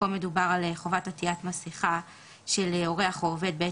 פה מדובר על חובת עטיית מסכה של אורח או עובד בעת